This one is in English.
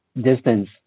distance